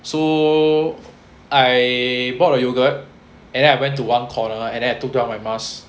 so I bought a yogurt and then I went to one corner and then I took it out my mask